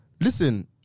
listen